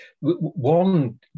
One